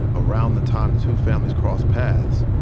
around the time the two families crossed paths,